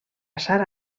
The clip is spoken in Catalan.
sara